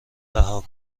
رها